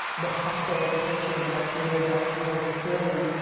the hustle culture that i've created, that you know, is clearly,